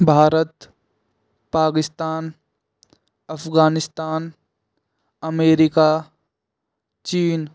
Bharat Pakistan Afghanistan America चीन